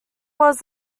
was